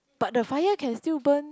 but the fire can still burn